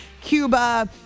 Cuba